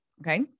okay